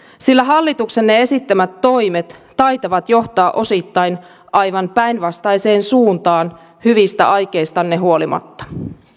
sillä hallituksenne esittämät toimet taitavat johtaa osittain aivan päinvastaiseen suuntaan hyvistä aikeistanne huolimatta